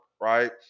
right